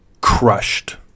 crushed